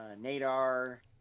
Nadar